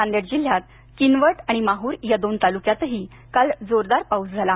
नांदेड जिल्ह्यात किनवट आणि माहुर या दोन तालूक्यातही काल जोरदार पाऊस झाला